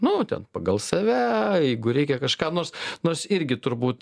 nu ten pagal save jeigu reikia kažką nors nors irgi turbūt